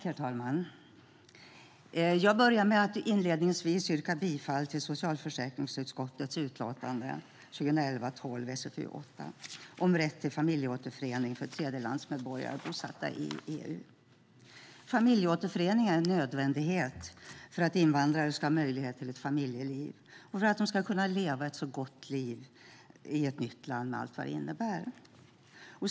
Herr talman! Jag börjar med att yrka bifall till förslaget i socialförsäkringsutskottets utlåtande 2011/12:SfU8 om rätt till familjeåterförening för tredjelandsmedborgare bosatta i EU. Familjeåterförening är en nödvändighet för att invandrare ska ha möjlighet till ett familjeliv och för att de ska kunna leva ett gott liv i ett nytt land, med allt vad det innebär.